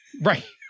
Right